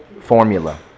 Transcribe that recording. formula